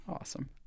awesome